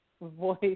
voice